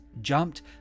jumped